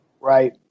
right